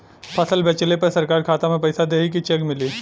फसल बेंचले पर सरकार खाता में पैसा देही की चेक मिली?